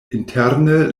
interne